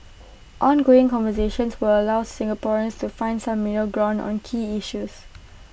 ongoing conversations will allow Singaporeans to find some middle ground on key issues